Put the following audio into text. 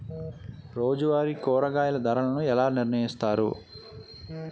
రోజువారి కూరగాయల ధరలను ఎలా నిర్ణయిస్తారు?